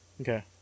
Okay